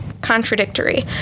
contradictory